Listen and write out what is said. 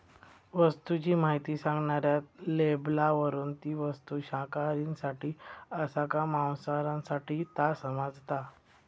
वस्तूची म्हायती सांगणाऱ्या लेबलावरून ती वस्तू शाकाहारींसाठी आसा काय मांसाहारींसाठी ता समाजता